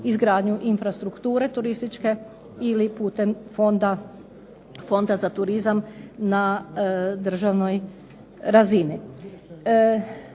izgradnju infrastrukture turističke ili putem Fonda za turizam na državnoj razini.